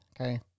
okay